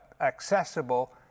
accessible